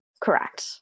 Correct